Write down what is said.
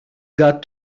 got